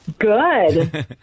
Good